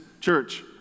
church